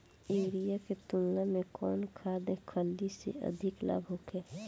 Urea के तुलना में कौन खाध खल्ली से अधिक लाभ होखे?